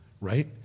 right